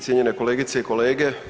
Cijenjene kolegice i kolege.